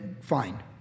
Fine